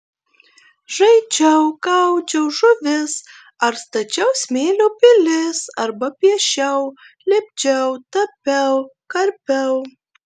žaidžiau gaudžiau žuvis ar stačiau smėlio pilis arba piešiau lipdžiau tapiau karpiau